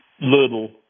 little